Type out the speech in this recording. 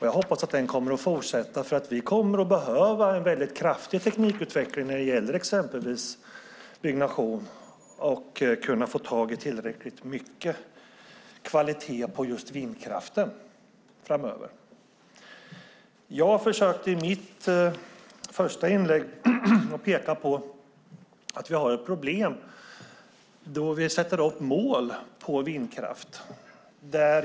Jag hoppas att den kommer att fortsätta, för vi kommer att behöva en väldigt kraftig teknikutveckling när det gäller exempelvis byggnation och att uppnå tillräcklig kvalitet på just vindkraften framöver. Jag försökte i mitt första inlägg peka på att vi har ett problem när vi sätter upp mål för vindkraft.